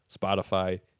Spotify